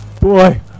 boy